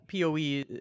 PoE